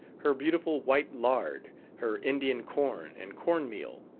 her beautiful white lard, her indian-corn and corn-meal,